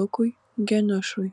lukui geniušui